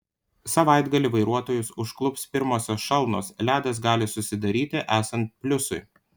savaitgalį vairuotojus užklups pirmosios šalnos ledas gali susidaryti esant pliusui